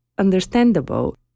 understandable